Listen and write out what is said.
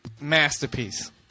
masterpiece